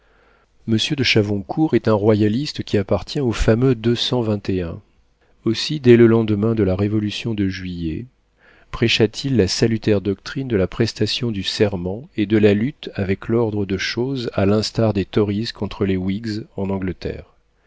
monsieur de chavoncourt est un royaliste qui appartient aux fameux deux cent vingt et un aussi dès le lendemain de la révolution de juillet prêcha t il la salutaire doctrine de la prestation du serment et de la lutte avec l'ordre de choses à l'instar des torys contre les whigs en angleterre